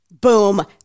boom